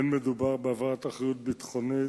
אין מדובר בהעברת האחריות הביטחונית.